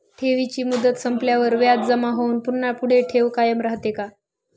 ठेवीची मुदत संपल्यावर व्याज जमा होऊन पुन्हा पुढे ठेव कायम राहते का?